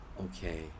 okay